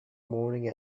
morning